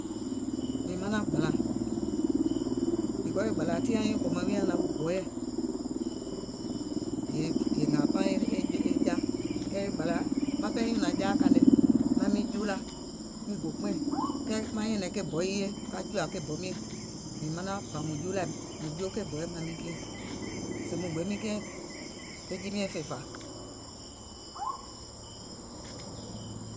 Mìŋ manaŋ gbàlà, because e gbàlà tiŋ anyuùŋ kòmaŋ wi nyàŋ naŋ wi gɔɔyɛ̀, yèè paŋ e e e ja, kɛɛ e gbàlàa, maŋ ɓɛɛ nyùnȧŋ jaȧ kàìŋ nɛ maŋ miŋ juulà, miŋ gò kpɛɛ̀ŋ, kɛɛ maŋ nyɛ̀nɛ̀ŋ ke bɔ yii ye, ka jùà ke bɔ miɛ̀ŋ, ɓɔ̀ mùŋ juulàim, mùŋ juo ke bɔɛ̀ maim miŋ kiɛ̀ŋ, sèè mùŋ go miŋ kiɛ̀ŋ ke jii miɛ̀ŋ fè fà.